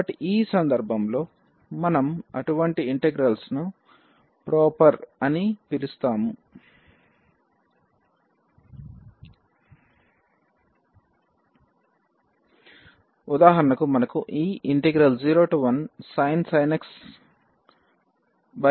కాబట్టి ఈ సందర్భంలో మనం అటువంటి ఇంటిగ్రల్స్ ను ప్రొపర్ అని పిలుస్తాము ఉదాహరణకు మనకు ఈ 01sin x xdxఉంది